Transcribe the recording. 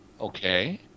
Okay